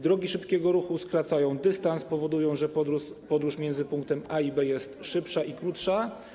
Drogi szybkiego ruchu skracają dystans, powodują, że podróż między punktami A i B jest szybsza i krótsza.